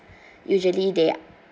usually they